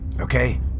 Okay